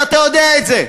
ואתה יודע את זה,